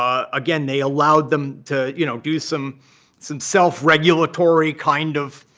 um again, they allowed them to you know do some some self-regulatory kind of